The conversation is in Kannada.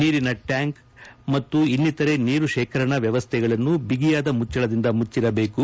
ನೀರಿನ ಟ್ಯಾಂಕ್ ಮತ್ತು ಇನ್ನಿತರೆ ನೀರು ಶೇಖರಣಾ ವ್ಯವಸ್ಥೆಗಳನ್ನು ಬಿಗಿಯಾದ ಮುಚ್ವಳದಿಂದ ಮುಚ್ವರಬೇಕು